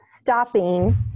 stopping